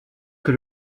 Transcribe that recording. que